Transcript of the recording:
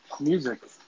music